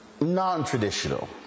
non-traditional